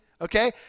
okay